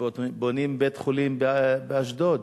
בונים בית-חולים באשדוד,